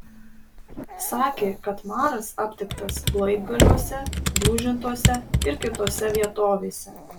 sakė kad maras aptiktas laibgaliuose jūžintuose ir kitose vietovėse